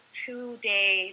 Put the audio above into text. two-day